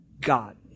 God